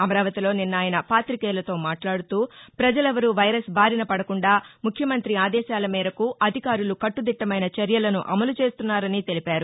అమరావతిలో నిన్న ఆయన పాతికేయులతో మాట్లాడుతూపజలెవ్వరూ వైరస్ బారినపదకుండా ముఖ్యమంతి ఆదేశాల మేరకు అధికారులు కట్టుదిట్టమైన చర్యలను అమలు చేస్తున్నారని తెలిపారు